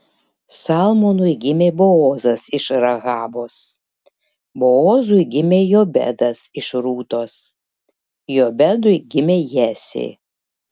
salmonui gimė boozas iš rahabos boozui gimė jobedas iš rūtos jobedui gimė jesė